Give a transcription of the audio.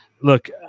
look